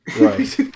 right